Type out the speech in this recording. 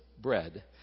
bread